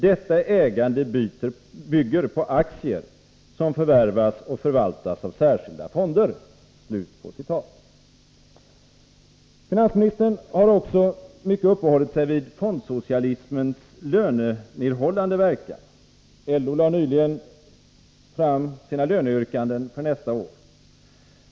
Detta ägande bygger på aktier, som förvärvas och förvaltas av särskilda fonder.” Finansministern har också mycket uppehållit sig vid fondsocialismens lönenedhållande verkan. LO lade nyligen fram sina löneyrkanden för nästa år.